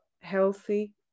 healthy